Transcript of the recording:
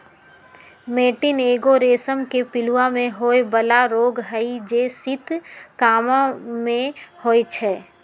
मैटीन एगो रेशम के पिलूआ में होय बला रोग हई जे शीत काममे होइ छइ